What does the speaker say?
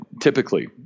typically